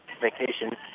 vacation